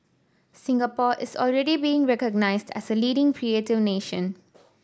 Singapore is already being recognised as a leading creative nation